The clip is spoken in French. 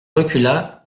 recula